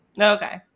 Okay